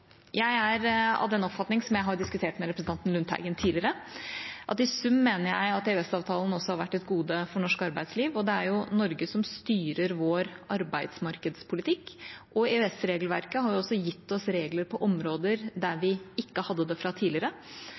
Jeg er av den oppfatning, som jeg har diskutert med representanten Lundteigen tidligere, at EØS-avtalen i sum også har vært et gode for norsk arbeidsliv. Det er Norge som styrer vår arbeidsmarkedspolitikk, og EØS-regelverket har gitt oss regler på områder der vi ikke hadde det tidligere.